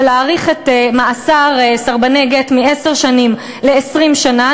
להאריך את מאסר סרבני גט מעשר שנים ל-20 שנה.